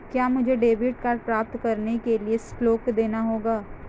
क्या मुझे debit card प्राप्त करने के लिए शुल्क देना होगा?